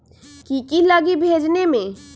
की की लगी भेजने में?